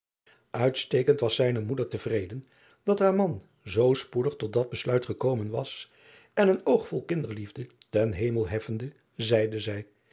itstekend was zijne moeder te vreden dat haar man zoo spoedig tot dat besluit gekomen was en een oog vol kinderliefde ten hemel heffende zeide zij